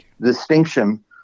distinction